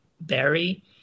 Barry